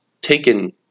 taken